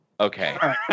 Okay